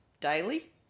daily